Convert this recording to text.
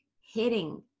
hitting